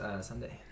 Sunday